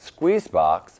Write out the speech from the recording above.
Squeezebox